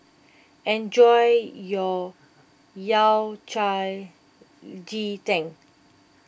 enjoy your Yao Cai Ji Tang